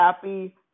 happy